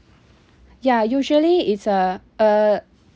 ya usually it's uh uh